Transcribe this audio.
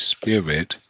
spirit